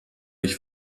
ich